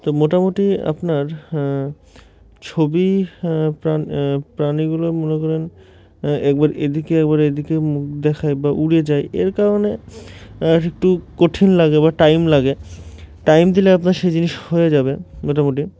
তো মোটামুটি আপনার ছবি প্রাণ প্রাণীগুলো মনে করেন একবার এদিকে একবার এদিকে মুখ দেখায় বা উড়ে যায় এর কারণে একটু কঠিন লাগে বা টাইম লাগে টাইম দিলে আপনার সেই জিনিস হয়ে যাবে মোটামুটি